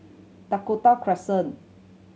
Dakota Crescent